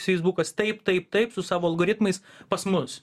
feisbukas taip taip taip su savo algoritmais pas mus